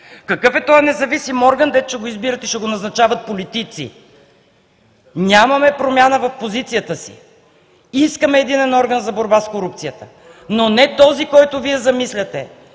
Какъв е този независим орган, дето ще го избират и ще го назначават политици? Нямаме промяна в позицията си – искаме единен орган за борба с корупцията. Но не този, който Вие замисляте,